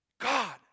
God